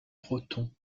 proton